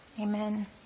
amen